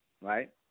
right